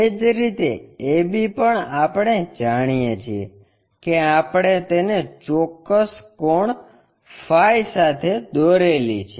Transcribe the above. એ જ રીતે a b પણ આપણે જાણીએ છીએ કે આપણે તેને ચોક્કસ કોણ ફાઇ સાથે દોરેલી છે